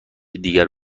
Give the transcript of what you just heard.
دیگر